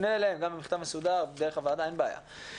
נפנה אליהם גם במכתב מסודר דרך הוועדה, אין בעיה.